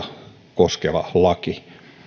koskeva laki